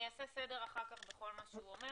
אני אעשה סדר אחר כך בכל מה שהוא אומר